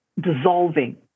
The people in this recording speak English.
dissolving